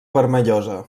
vermellosa